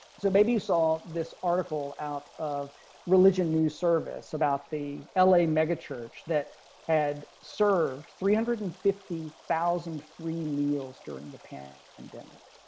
so maybe you saw this article out of religion news service about the la mega church that add served three hundred and fifty thousand free meals during the pandemic.